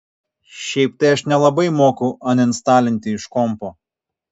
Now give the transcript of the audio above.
šiaip tai aš nelabai moku aninstalinti iš kompo